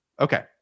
Okay